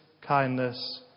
kindness